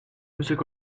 monsieur